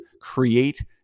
create